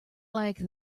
like